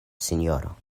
sinjoro